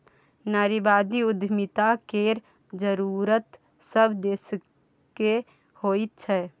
नारीवादी उद्यमिता केर जरूरत सभ देशकेँ होइत छै